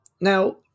Now